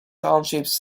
townships